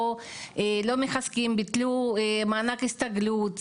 ביטלו מענק הסתגלות,